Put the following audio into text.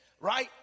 right